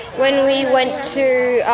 when we went to